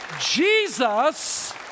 Jesus